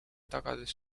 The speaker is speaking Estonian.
tagades